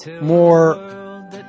more